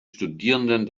studierenden